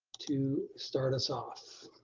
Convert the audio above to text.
to start us off.